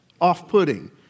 off-putting